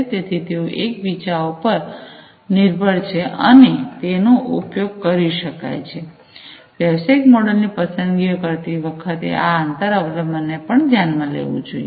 તેથી તેઓ એકબીજા પર નિર્ભર છે અને તેનો ઉપયોગ કરી શકાય છે વ્યવસાયિક મોડેલોની પસંદગીએ કરતી વખતે આ આંતર અવલંબનને પણ ધ્યાનમાં લેવું જોઈએ